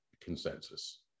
consensus